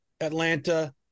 Atlanta